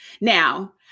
Now